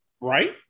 Right